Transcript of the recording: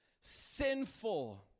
sinful